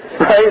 right